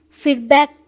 feedback